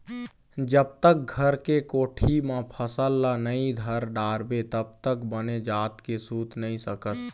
जब तक घर के कोठी म फसल ल नइ धर डारबे तब तक बने जात के सूत नइ सकस